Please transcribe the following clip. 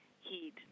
heat